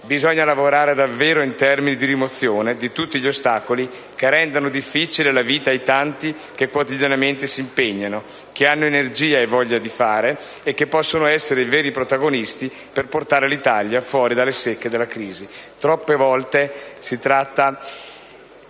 ricchezza, lavorare in termini di rimozione di tutti gli ostacoli che rendono difficile la vita ai tanti che quotidianamente si impegnano, che hanno energia e voglia di fare e che possono essere i veri protagonisti per portare l'Italia fuori dalle secche della crisi. Troppe volte il nostro